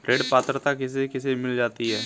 ऋण पात्रता किसे किसे मिल सकती है?